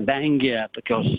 vengė tokios